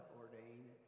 ordained